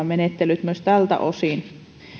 menettelyt sähköistyvät myös tältä osin